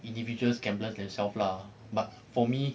individuals gambler themselves lah but for me